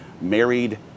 married